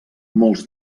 molts